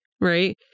right